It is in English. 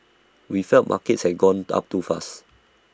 we felt markets had gone up too fast